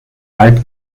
wald